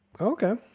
Okay